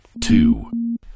Two